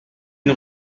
une